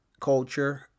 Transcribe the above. culture